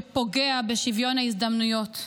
שפוגע בשוויון ההזדמנויות.